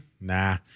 Nah